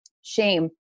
shame